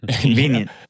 convenient